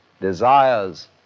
desires